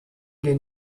den